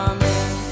Amen